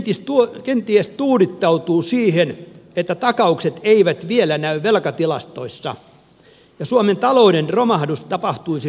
hallitus kenties tuudittautuu siihen että takaukset eivät vielä näy velkatilastoissa ja suomen talouden romahdus tapahtuisi vasta tulevaisuudessa